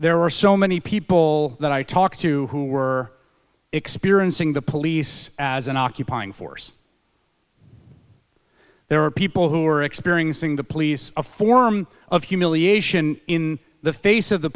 there are so many people that i talked to who were experiencing the police as an occupying force there are people who are experiencing the police a form of humiliation in the face of the